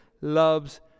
loves